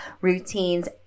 routines